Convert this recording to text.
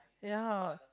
ya